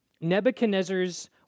Nebuchadnezzar's